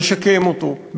תשקם אותו.